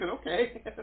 okay